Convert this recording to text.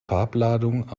farbladung